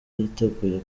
yiteguye